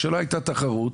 כשלא הייתה תחרות